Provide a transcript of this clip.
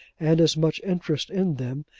and as much interest in them,